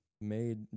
made